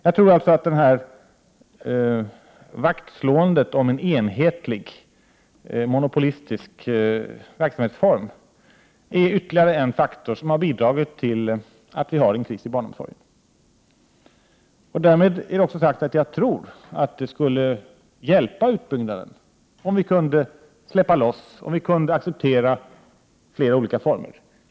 Jag tror alltså att detta vaktslående om en enhetlig monopolistisk verksamhetsform är ytterligare en faktor som har bidragit till att vi har en kris inom barnomsorgen. Det skulle nog hjälpa utbyggnaden om vi kunde släppa loss och acceptera flera olika former.